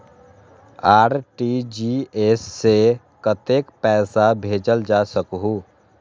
RTGS से कतेक पैसा भेजल जा सकहु???